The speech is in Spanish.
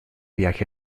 viaje